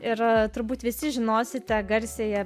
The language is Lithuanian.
ir turbūt visi žinosite garsiąją